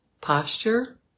posture